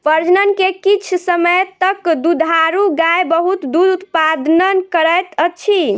प्रजनन के किछ समय तक दुधारू गाय बहुत दूध उतपादन करैत अछि